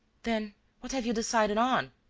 then what have you decided on?